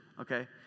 Okay